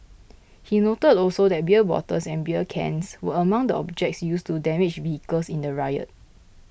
he noted also that beer bottles and beer cans were among the objects used to damage vehicles in the riot